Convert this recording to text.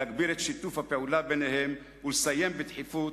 להגביר את שיתוף הפעולה ביניהם ולסיים בדחיפות